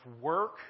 work